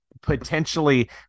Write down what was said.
potentially